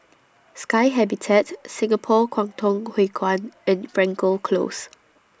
Sky Habitat Singapore Kwangtung Hui Kuan and Frankel Close